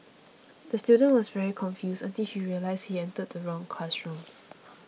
the student was very confused until he realised he entered the wrong classroom